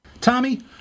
Tommy